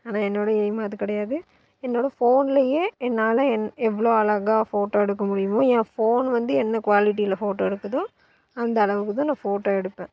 ஆனால் என்னோட எய்ம் அது கிடையாது என்னோட ஃபோன்லேயே என்னால் என் எவ்வளோ அழகாக ஃபோட்டோ எடுக்கமுடியுமோ என் ஃபோன் வந்து என்ன குவாலிட்டியில் ஃபோட்டோ எடுக்குதோ அந்த அளவுக்குத்தான் நான் ஃபோட்டோ எடுப்பேன்